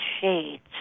shades